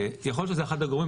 יכול להיות שזה אחד מהגורמים,